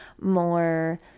more